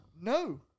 No